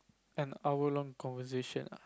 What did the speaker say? an hour long conversation